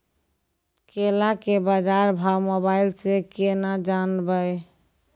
केला के बाजार भाव मोबाइल से के ना जान ब?